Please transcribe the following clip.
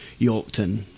Yorkton